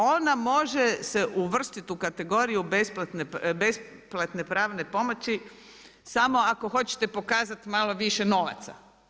Ona može se uvrstiti u kategorije besplatne pravne pomoći samo ako hoćete pokazati malo više novaca.